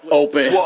open